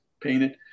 painted